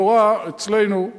בתורה, אצלנו,